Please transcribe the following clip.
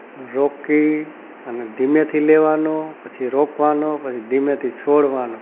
રોકી અને ધીમેથી લેવાનો પછી રોકવાનો પછી ધીમેથી છોડવાનો